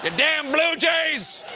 ah damn blue jays